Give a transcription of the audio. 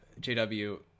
jw